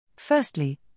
Firstly